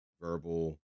verbal